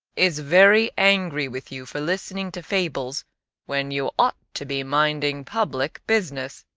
is very angry with you for listening to fables when you ought to be minding public business.